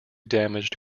damaged